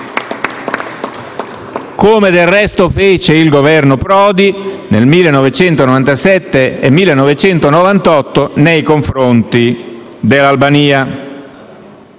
Come del resto fece il Governo Prodi nel 1997 e nel 1998 nei confronti dell'Albania.